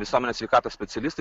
visuomenės sveikatos specialistai